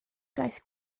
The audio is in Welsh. daeth